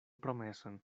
promeson